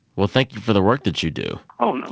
well, thank you for the work that you do oh,